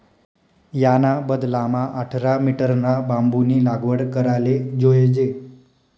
याना बदलामा आठरा मीटरना बांबूनी लागवड कराले जोयजे